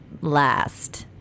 last